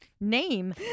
name